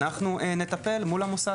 ואנחנו נטפל מול המוסד.